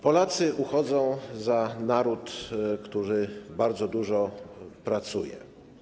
Polacy uchodzą za naród, który bardzo dużo pracuje.